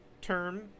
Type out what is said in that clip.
term